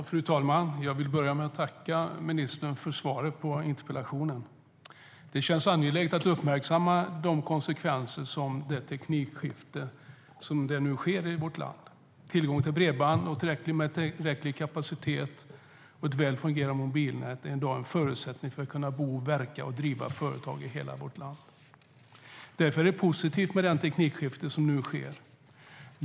Fru talman! Jag vill börja med att tacka ministern för svaret på interpellationen. Det känns angeläget att uppmärksamma konsekvenserna av det teknikskifte som nu sker i vårt land. Tillgång till bredband med tillräcklig kapacitet och ett väl fungerande mobilnät är i dag en förutsättning för att kunna bo, verka och driva företag i hela vårt land. Därför är det positivt med det teknikskifte som nu sker.